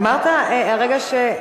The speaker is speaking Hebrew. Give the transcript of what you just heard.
אמרת הרגע,